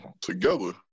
together